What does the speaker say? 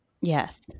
Yes